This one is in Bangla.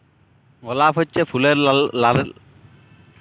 গলাপ হচ্যে ফুলের রালি যেটা লাল, নীল, হলুদ, সাদা রঙের সুগন্ধিও ফুল